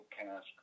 cast